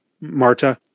marta